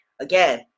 again